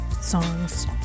songs